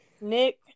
Nick